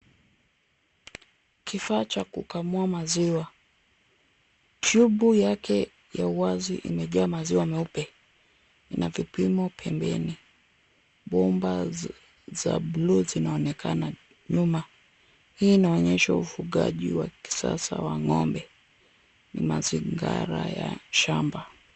Kifaa cha kukamua maziwa. Tyubu yake ya uwazi imejaa maziwa meupe. Ina vipimo pembeni. Bomba za bluu zinaonekana nyuma. Hii inaonyesha ufugaji wa kisasa wa ng'ombe. Ni mazingara ya shamba.